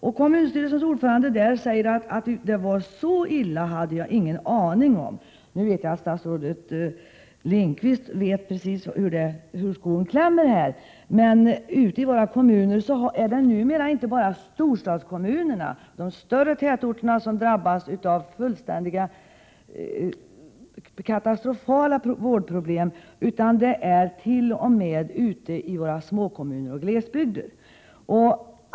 Och kommunstyrelsens ordförande säger: Att det var så illa hade jag ingen aning om. Jag är säker på att statsrådet Lindqvist vet precis var skon klämmer. Numera är det inte bara storstadskommunerna och de större tätorterna som drabbas av fullständigt katastrofala vårdproblem, utan dessa problem finns t.o.m. ute i småkommunerna och i glesbygden.